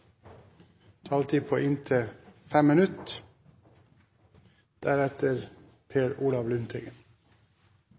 taletid på inntil 30 minutt.